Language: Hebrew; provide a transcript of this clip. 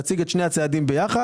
נציג את שני הצעדים ביחד.